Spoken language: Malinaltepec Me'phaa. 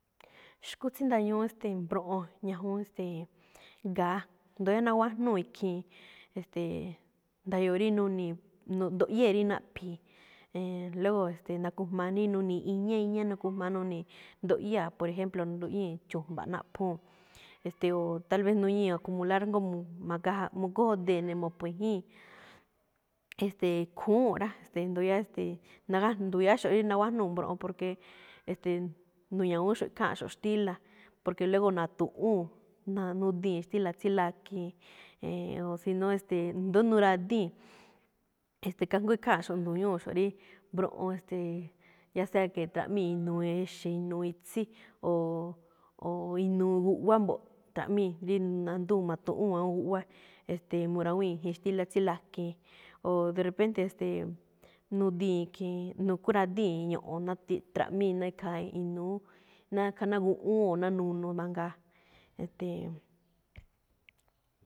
Xkú tsí nda̱ñu̱ú, ste̱e̱, mbroꞌon ñajúún, ste̱e̱, ga̱á. Ndóo yáá naguájnúu̱ ikhii̱n, e̱ste̱e̱, nda̱yo̱o̱ rí nuni̱i̱, nuꞌ-nduꞌyée̱ rí naꞌphi̱i̱. E̱e̱n, luego, ste̱e̱, nakujma rí nuni̱i̱ iñá, iñá, nukujma nuni̱i̱. Nduꞌyáa, por ejemplo, nduꞌñíi̱ chu̱mba̱ꞌ naꞌphúu̱n. E̱ste̱e̱, o tal vez nuñíi̱ ac ular jngó mu̱- ma̱ga- magóójudee̱ ne̱ mu̱pho̱ i̱jíi̱n. E̱ste̱e̱, khu̱únꞌ rá, ste̱e̱ ndu̱ya̱á ste̱e̱, nagájnuu ndu̱ya̱áxo̱ꞌ rí naguájnúu̱ mbroꞌon, porque e̱ste̱e̱, nu̱ña̱wu̱únxo̱ꞌ kháanꞌxo̱ꞌ xtíla̱, porque luego na̱tu̱ꞌúu̱n ná nudii̱n xtíla̱ tsí lakiin. E̱e̱n o si no, e̱ste̱e̱, ndo̱ó nu̱radíi̱n. E̱ste̱e̱, kajngó ikháanꞌxo̱ꞌ ndu̱ñúu̱xo̱ꞌ rí mbroꞌon. E̱ste̱e̱, ya sea que tra̱ꞌmíi̱ inuu exe̱, inuu itsí, oo oo inuu guꞌwá mbo̱ꞌ, tra̱ꞌmíi̱ rí nandúu̱n ma̱tu̱ꞌúu̱n awúun guꞌwá. E̱ste̱e̱, mu̱rawíi̱n i̱jín xtíla̱ tsí lakiin. O de repente, e̱ste̱e̱, nudii̱n khiin, nugóradíi̱n ño̱ꞌo̱n na̱ꞌ tra̱ꞌmíi ná ikhaa inúú, nákha ná guꞌwúún o ná nunu mangaa. E̱ste̱e̱